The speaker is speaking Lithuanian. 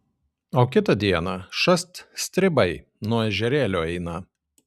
o kitą dieną šast stribai nuo ežerėlio eina